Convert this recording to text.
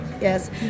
yes